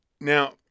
Now